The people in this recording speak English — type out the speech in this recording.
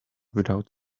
without